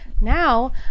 Now